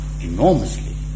enormously